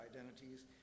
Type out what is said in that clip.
identities